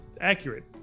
Accurate